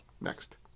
Next